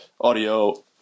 audio